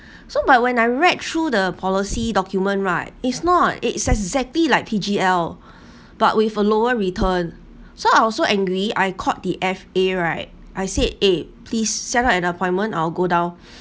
so but when I read through the policy document right it's not it is exactly like P_G_L but with a lower return so I was so angry I caught the F_A right I said eh please set up an appointment I'll go down